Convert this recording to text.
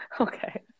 Okay